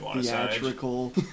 theatrical